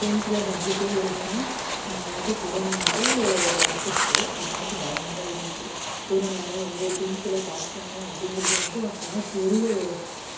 டென்த்தில் பப்ளிக்கே எழுதாம நாங்கள் வந்து கொரோனா வந்து தடுத்துடுச்சு அப்போ வந்து பயமாக தான் இருந்துச்சு கொரோனால்லாம் வந்து டென்த்தில் பாஸ் பண்ணணும் அப்படிங்கிறது வந்து அப்போதெல்லாம் பெரிய ஒரு